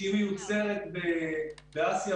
שמיוצרת באסיה,